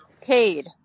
Cade